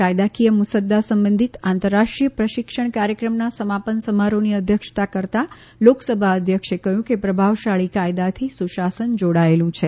કાયદાકીય મુસદ્દા સંબંધિત આંતરરાષ્ટ્રીય પ્રશિક્ષણ કાર્યક્રમના સમાપન સમારોહની અધ્યક્ષતા કરતા લોકસભાના અધ્યક્ષે કહ્યું કે પ્રભાવશાળી કાયદાથી સુશાસન જોડાયેલું છે